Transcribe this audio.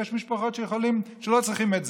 יש משפחות שלא צריכות את זה.